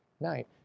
night